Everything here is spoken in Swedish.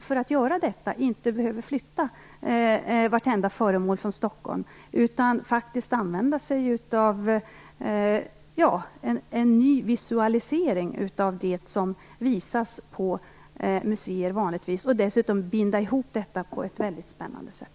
För detta behöver man inte flytta vartenda föremål från Stockholm utan kan använda en ny visualisering av det som vanligtvis visas på museer och binda ihop detta på ett väldigt spännande sätt.